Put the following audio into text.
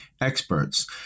experts